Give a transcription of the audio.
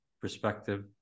perspective